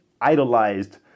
idolized